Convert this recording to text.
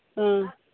ꯑꯥ